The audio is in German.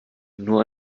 nur